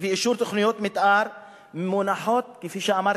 ואישור תוכניות מיתאר מונחות, כפי שאמרתי,